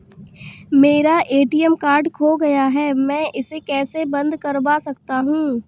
मेरा ATM card खो गया है मैं इसे कैसे बंद करवा सकता हूँ?